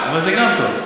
אבל זה גם טוב.